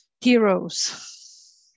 heroes